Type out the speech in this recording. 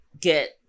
get